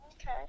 Okay